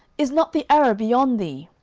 is not the arrow beyond thee?